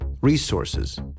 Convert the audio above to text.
resources